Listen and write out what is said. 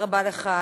תודה רבה לך,